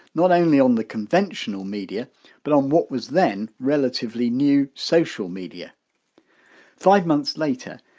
not only on the conventional media but on what was then relatively new social media five months later,